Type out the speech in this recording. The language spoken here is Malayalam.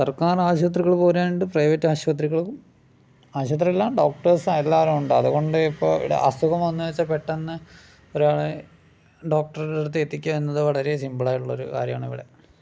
സർക്കാർ ആശുപത്രികള് പോരാഞ്ഞിട്ട് പ്രൈവറ്റ് ആശുപത്രികളും ആശുപത്രിയെല്ലാം ഡോക്ടേഴ്സ് എല്ലാവരും ഉണ്ട് അതുകൊണ്ടിപ്പോൾ ഇവിടെ അസുഖം വന്ന് കഴിഞ്ഞാച്ചാൽ പെട്ടന്ന് ഒരാളെ ഡോക്ടറുടെ അടുത്ത് എത്തിക്കാന്നത് വളരെ സിമ്പിൾ ആയിട്ടുള്ള ഒരു കാര്യമാണിവിടെ